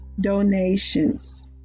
donations